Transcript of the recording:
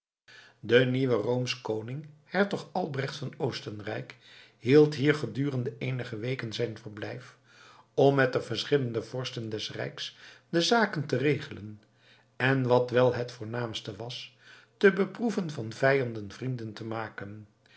de nieuwe roomsch koning hertog albrecht van oostenrijk hield hier gedurende eenige weken zijn verblijf om met de verschillende vorsten des rijks de zaken te regelen en wat wel het voornaamste was te beproeven van vijanden vrienden te maken